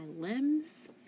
limbs